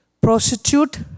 prostitute